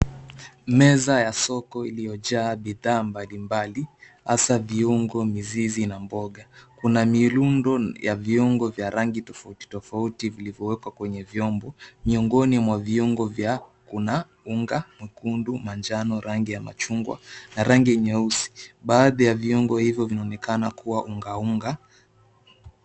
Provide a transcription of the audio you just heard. Meza ya soko iliyo jaa bidhaa mbalimbali, hasa viungo, mizizi na mboga. Kuna mirundo ya viungo vya rangi tofauti tofauti vilivyowekwa kwenye vyombo. Miongoni mwa viungo vya kuna; unga mwekundu, manjano, rangi ya machungwa, na rangi nyeusi. Baadhi ya viungo hivyo vinaonekana kuwa unga unga.